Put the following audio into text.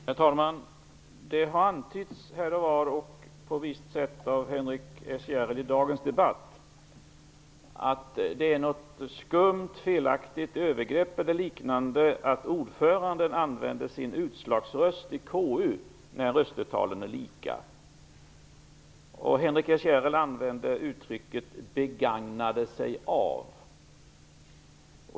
Herr talman! Det har antytts här och var och på visst sätt av Henrik S Järrel i dagens debatt att det är något skumt och felaktigt eller ett övergrepp att ordföranden använder sin utslagsröst i KU när röstetalen är lika. Henrik S Järrel använde uttrycket ''begagnade sig av''.